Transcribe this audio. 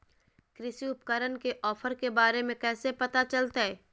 कृषि उपकरण के ऑफर के बारे में कैसे पता चलतय?